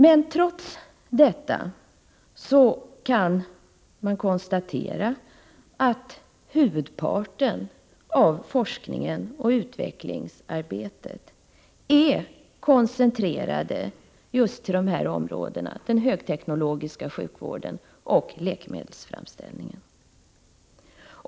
Men trots detta kan man konstatera att huvudparten av forskningen och utvecklingsarbetet är koncentrerad just till den högteknologiska sjukvården och läkemedelsframställningen.